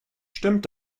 stimmt